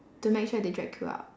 to make sure they drag you up